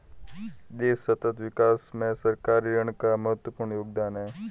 देश सतत विकास में सरकारी ऋण का महत्वपूर्ण योगदान है